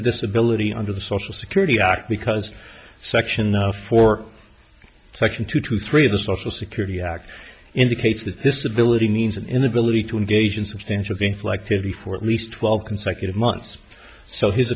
of disability under the social security act because section four section two two three of the social security act indicates that disability means an inability to engage in substantial being selected for at least twelve consecutive months so his